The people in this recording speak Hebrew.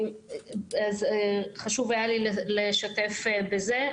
חשוב היה לי לשתף בזה.